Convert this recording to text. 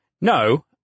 No